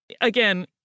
Again